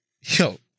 Yo